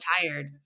tired